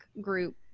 group